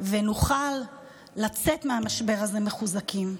ונוכל לצאת מהמשבר הזה מחוזקים.